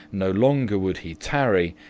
no longer would he tarry,